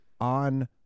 on